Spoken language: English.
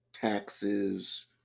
Taxes